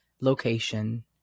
location